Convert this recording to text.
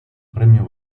premio